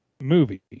movie